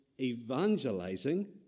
evangelizing